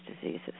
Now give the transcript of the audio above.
diseases